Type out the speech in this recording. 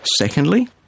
Secondly